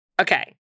Okay